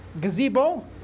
gazebo